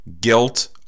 guilt